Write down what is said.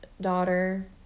daughter